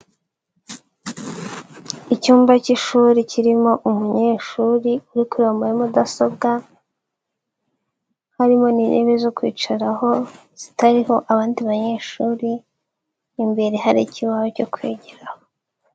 Icyumba cy'ishuri kirimo umunyeshuri uri kureba muri mudasobwa, harimo n'intebe zo kwicaraho, zitariho abandi banyeshuri, imbere hari ikibahu cyo kwigiraho.